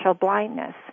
blindness